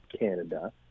Canada